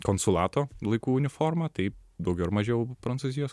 konsulato laikų uniformą tai daugiau ar mažiau prancūzijos